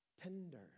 Tender